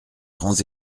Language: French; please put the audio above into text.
grands